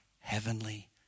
heavenly